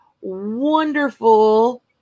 wonderful